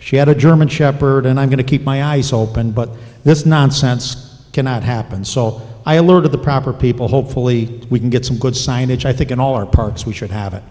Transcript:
she had a german shepherd and i'm going to keep my eyes open but this nonsense cannot happen so i alerted the proper people hopefully we can get some good signage i think in all our parts we should have it